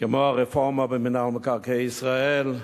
כמו הרפורמה במינהל מקרקעי ישראל,